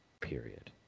period